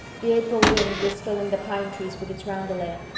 the april wind was filling the pine trees with its roundelay,